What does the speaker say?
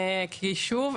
כי שוב,